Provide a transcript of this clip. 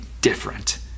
different